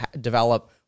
develop